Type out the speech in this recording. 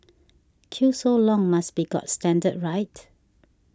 queue so long must be got standard right